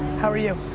how are you?